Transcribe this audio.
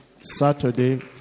Saturday